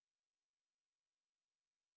[huh] let's see